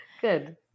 Good